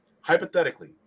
hypothetically